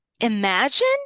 Imagine